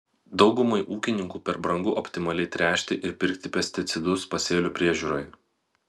daugumai ūkininkų per brangu optimaliai tręšti ir pirkti pesticidus pasėlių priežiūrai